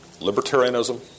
libertarianism